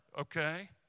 okay